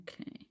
Okay